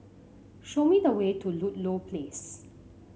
show me the way to Ludlow Place